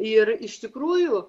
ir iš tikrųjų